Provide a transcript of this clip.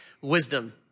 wisdom